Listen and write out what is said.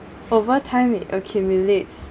over time it accumulates